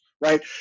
right